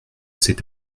cet